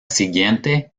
siguiente